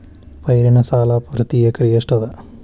ಪೈರಿನ ಸಾಲಾ ಪ್ರತಿ ಎಕರೆಗೆ ಎಷ್ಟ ಅದ?